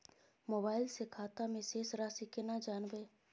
Mobile से खाता में शेस राशि केना जानबे?